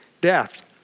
death